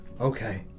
Okay